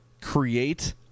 create